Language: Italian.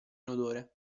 inodore